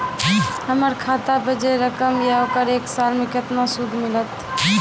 हमर खाता पे जे रकम या ओकर एक साल मे केतना सूद मिलत?